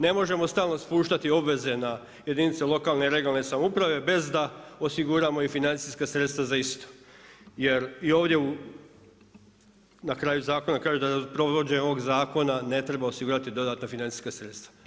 Ne možemo stalno spuštati obveze na jedinice lokalne i regionalne samouprave bez da osiguramo i financijska sredstva za istu jer ovdje na kraju zakona kaže da za provođenje ovog zakona ne treba osigurati dodatna financija sredstva.